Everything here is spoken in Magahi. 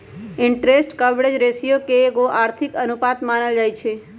इंटरेस्ट कवरेज रेशियो के एगो आर्थिक अनुपात मानल जाइ छइ